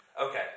Okay